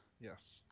Yes